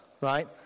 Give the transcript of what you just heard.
right